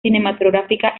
cinematográfica